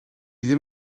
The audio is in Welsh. ddim